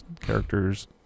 characters